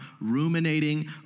ruminating